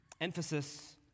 Emphasis